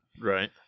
right